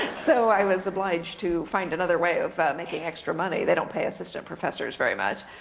so i was obliged to find another way of making extra money. they don't pay assistant professors very much.